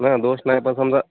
नाही दोष नाही पण समजा